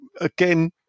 again